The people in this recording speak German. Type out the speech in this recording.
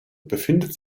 befindet